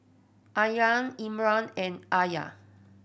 Aryan Imran and Alya